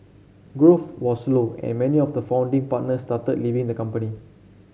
growth was slow and many of the founding partners started leaving the company